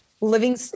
living